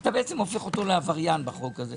אתה הופך אותו לעבריין בחוק הזה.